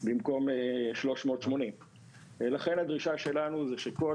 במקום 380. לכן הדרישה שלנו זה שכל